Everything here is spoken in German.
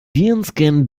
virenscan